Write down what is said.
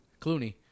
Clooney